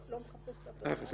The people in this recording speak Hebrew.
אני לא מחפשת אף אחד.